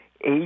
eight